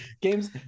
Games